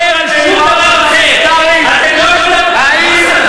את, שונאים את הציבור החרדי.